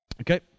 Okay